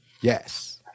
Yes